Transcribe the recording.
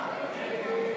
רישיון נהיגה),